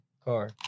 Car